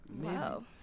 Wow